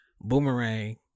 Boomerang